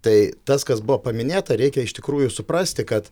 tai tas kas buvo paminėta reikia iš tikrųjų suprasti kad